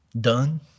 Done